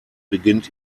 beginnt